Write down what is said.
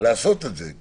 לעשות את זה.